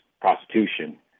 prostitution